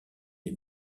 des